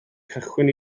cychwyn